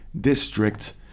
district